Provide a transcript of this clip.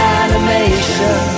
animation